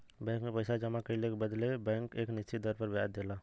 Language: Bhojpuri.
बैंक में पइसा जमा कइले के बदले बैंक एक निश्चित दर पर ब्याज देला